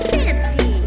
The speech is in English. Fancy